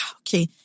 okay